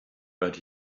but